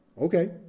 okay